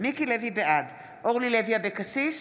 בעד אורלי לוי אבקסיס,